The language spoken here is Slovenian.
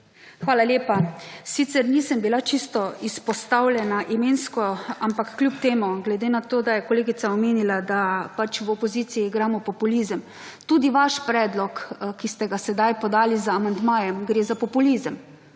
Hvala lepa. Sicer nisem bila čisto izpostavljena imensko, ampak kljub temu, glede na to, da je kolegica omenila, da v opoziciji igramo populizem. Tudi vaš predlog, ki ste ga sedaj podali z amandmajem gre za populizem.